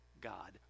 God